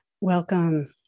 Welcome